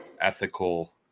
ethical